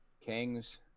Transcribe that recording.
Kings